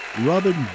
Robin